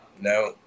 No